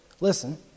listen